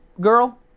girl